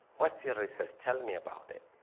what's your research? tell me about it.